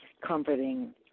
comforting